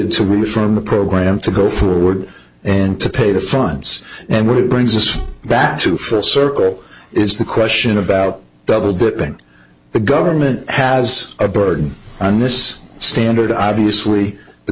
reform the program to go forward and to pay the fronts and what it brings us back to full circle is the question about double dipping the government has a burden on this standard obviously the